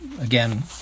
again